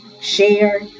Share